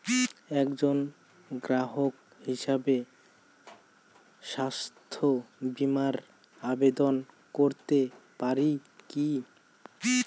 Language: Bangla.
একজন গ্রাহক হিসাবে স্বাস্থ্য বিমার আবেদন করতে পারি কি?